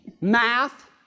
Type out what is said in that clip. math